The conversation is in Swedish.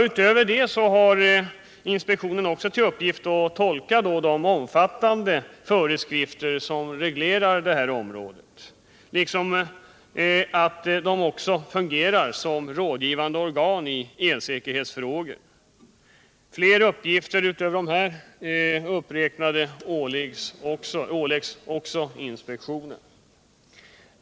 Utöver detta har inspektionen också till uppgift att tolka de omfattande föreskrifter som reglerar detta område, liksom att fungera som rådgivande organ i elsäkerhetsfrågor. Utöver de uppräknade uppgifterna åligger ytterligare uppgifter inspektionen.